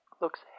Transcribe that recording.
looks